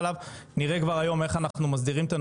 מול החוזים של האוניברסיטאות שקיימות היום.